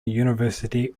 university